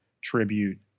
tribute